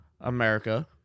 America